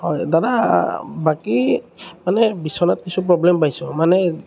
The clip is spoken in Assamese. হয় দাদা বাকী মানে বিছনাত কিছু প্ৰব্লেম পাইছোঁ মানে